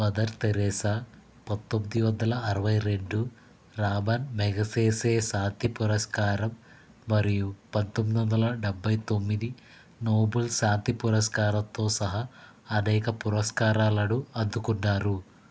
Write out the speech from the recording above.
mother Teresa పంతొమ్మిది వందల అరవై రెండు రామన్ మెగసెసే శాంతి పురస్కారం మరియు పంతొమ్మిది వందల డెబ్భై తొమ్మిది నోబెల్ శాంతి పురస్కారంతో సహా అనేక పురస్కారాలను అందుకున్నారు